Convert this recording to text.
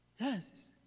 Yes